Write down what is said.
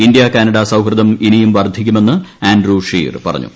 India Canada സൌഹൃദം ഇനിയും വർധിക്കുമെന്ന് ആൻഡ്രൂ ഷീർ പറഞ്ഞു